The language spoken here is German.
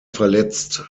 verletzt